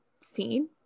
seen